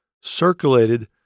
circulated